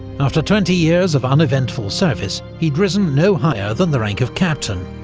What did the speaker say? after twenty years of uneventful service, he'd risen no higher than the rank of captain.